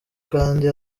kandi